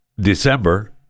December